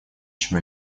чем